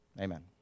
Amen